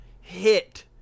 Hit